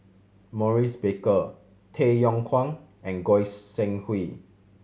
Maurice Baker Tay Yong Kwang and Goi Seng Hui